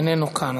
איננו כאן.